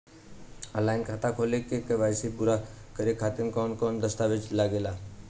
Online खाता खोले में के.वाइ.सी पूरा करे खातिर कवन कवन दस्तावेज लागे ला?